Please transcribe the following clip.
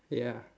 ya